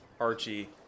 Archie